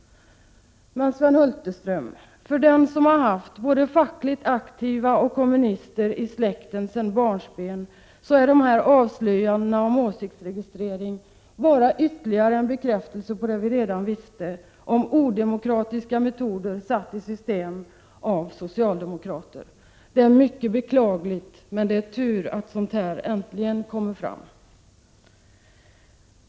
Men, Sven Hulterström, för den som har haft både fackligt aktiva och kommunister i släkten sedan barnsben är sådana här avslöjanden om åsiktsregistrering bara ytterligare en bekräftelse på vad vi redan visste om odemokratiska metoder satta i system av socialdemokrater. Det är tur att sådant här äntligen kommer fram.